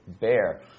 bear